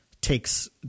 takes